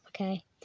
okay